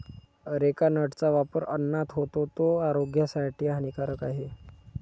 areca नटचा वापर अन्नात होतो, तो आरोग्यासाठी हानिकारक आहे